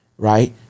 Right